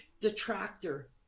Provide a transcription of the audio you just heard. detractor